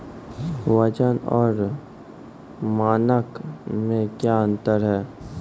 वजन और मानक मे क्या अंतर हैं?